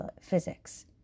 physics